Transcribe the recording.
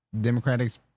Democrats